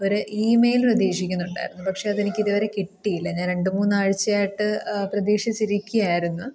ഒരു ഇമെയിൽ പ്രതീക്ഷിക്കുന്നുണ്ടായിരുന്നു പക്ഷേ അത് എനിക്കിതുവരെ കിട്ടിയില്ല ഞാൻ രണ്ടു മൂന്ന് ആഴ്ചയായിട്ട് പ്രതീക്ഷിച്ചിരിക്കയായിരുന്നു